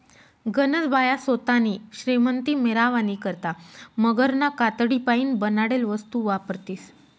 गनज बाया सोतानी श्रीमंती मिरावानी करता मगरना कातडीपाईन बनाडेल वस्तू वापरतीस